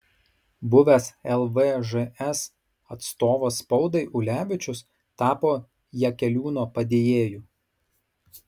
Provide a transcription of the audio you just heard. buvęs lvžs atstovas spaudai ulevičius tapo jakeliūno padėjėju